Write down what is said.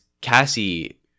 Cassie